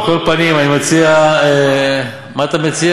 גם פורר, על כל פנים, אני מציע, מה אתה מציע?